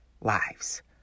lives